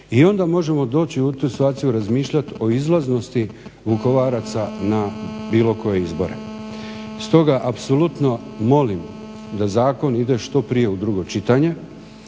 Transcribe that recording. i onda možemo doći u tu situaciju, razmišljat o izlaznosti Vukovaraca na bilo koje izbore. Stoga apsolutno molim da zakon ide što prije u drugo čitanje,